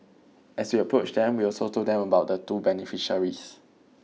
as we approached them we also told them about the two beneficiaries